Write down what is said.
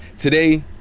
today,